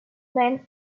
man